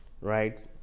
right